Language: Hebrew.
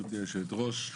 גבירתי היושבת-ראש,